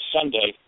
Sunday